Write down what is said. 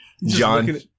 John